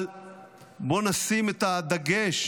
אבל בוא נשים את הדגש: